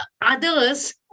others